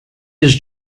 his